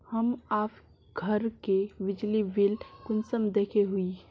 हम आप घर के बिजली बिल कुंसम देखे हुई?